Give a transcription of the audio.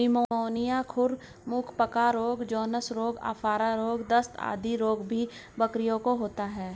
pneumonia, खुर मुँह पका रोग, जोन्स रोग, आफरा, दस्त आदि रोग भी बकरियों को होता है